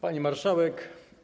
Pani Marszałek!